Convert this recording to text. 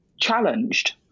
challenged